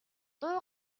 дуу